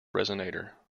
resonator